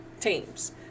teams